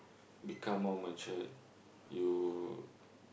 become more matured you